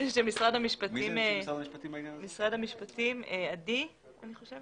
משרד המשפטים מעצם